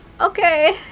Okay